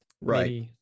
Right